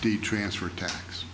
the transfer tax